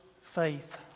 faith